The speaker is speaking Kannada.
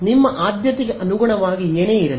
ನಿಮ್ಮ ಆದ್ಯತೆಗೆ ಅನುಗುಣವಾಗಿ ಏನೇ ಇರಲಿ